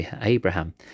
Abraham